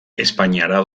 espainiara